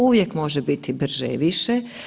Uvijek može biti brže i više.